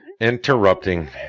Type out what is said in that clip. Interrupting